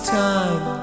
time